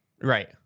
Right